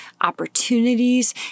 opportunities